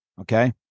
Okay